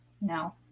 no